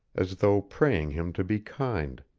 as though praying him to be kind.